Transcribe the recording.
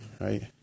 right